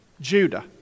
Judah